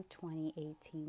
2018